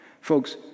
Folks